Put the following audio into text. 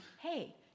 hey